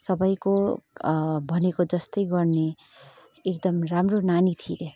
सबैको भनेको जस्तै गर्ने एकदम राम्रो नानी थिएँ अरे